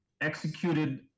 executed